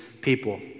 people